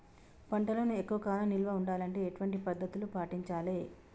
పంటలను ఎక్కువ కాలం నిల్వ ఉండాలంటే ఎటువంటి పద్ధతిని పాటించాలే?